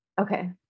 Okay